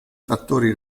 fattori